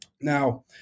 Now